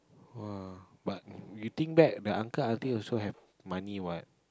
!wah! but you think back the uncle auntie also have money what